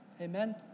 Amen